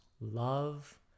love